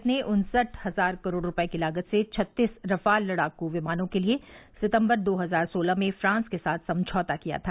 भारत ने उन्सठ हजार करोड़ रुपए की लागत से छत्तीस रफ़ाल लड़ाकू विमानों के लिए सितंबर दो हजार सोलह में फ्रांस के साथ समझौता किया था